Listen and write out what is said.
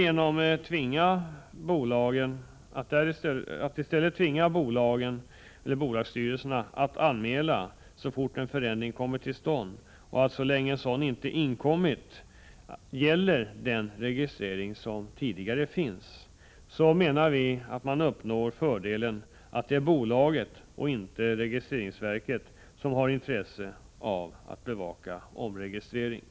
Genom att tvinga bolagsstyrelsen att anmäla så fort en förändring har kommit till stånd och genom att så länge sådan inte inkommit den registrering som finns gäller, uppnår man den fördelen att det är bolaget och inte patentoch registreringsverket som har intresse av att bevaka omregistrering.